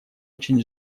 очень